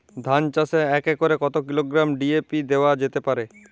ধান চাষে এক একরে কত কিলোগ্রাম ডি.এ.পি দেওয়া যেতে পারে?